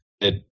it